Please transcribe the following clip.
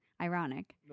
Ironic